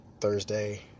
Thursday